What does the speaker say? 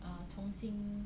uh 重新